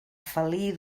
felí